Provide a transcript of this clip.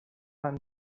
van